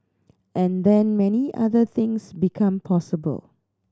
and then many other things become possible